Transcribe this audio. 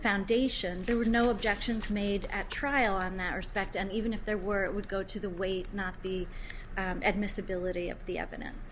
foundation there was no objections made at trial in that respect and even if there were it would go to the weight not the and miss ability of the evidence